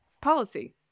policy